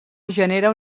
genera